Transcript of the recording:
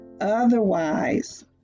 otherwise